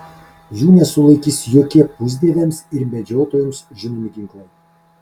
jų nesulaikys jokie pusdieviams ir medžiotojoms žinomi ginklai